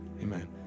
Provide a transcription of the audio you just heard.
Amen